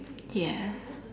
ya